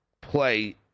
play